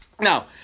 Now